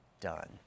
done